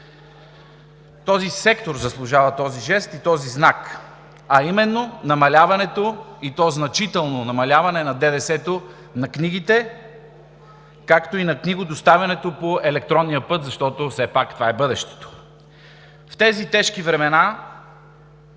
Този сектор заслужава такъв жест и такъв знак, а именно намаляването, и то значително намаляване на ДДС-то на книгите, както и на книгодоставянето по електронен път, защото все пак това е бъдещето. В тези тежки времена,